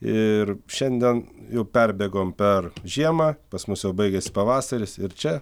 ir šiandien jau perbėgom per žiemą pas mus jau baigėsi pavasaris ir čia